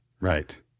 Right